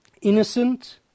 innocent